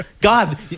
God